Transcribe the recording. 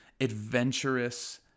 adventurous